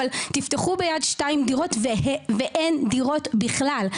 אבל תפתחו ב-"יד2" דירות ואין דירות בכלל,